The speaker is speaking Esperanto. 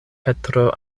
petro